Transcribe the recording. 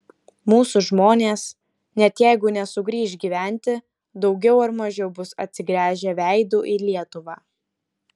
mūsų žmonės net jeigu nesugrįš gyventi daugiau ar mažiau bus atsigręžę veidu į lietuvą